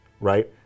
right